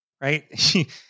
right